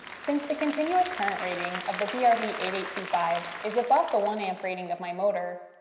since the continuous current rating of the d r v eight eight two five is above the one a um rating of my motor,